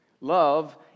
Love